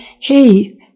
hey